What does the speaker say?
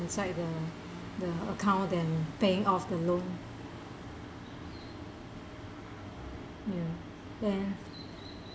inside the the account than paying off the loan mm then